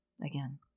again